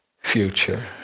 future